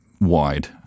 wide